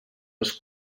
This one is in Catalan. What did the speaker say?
els